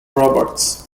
roberts